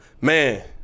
man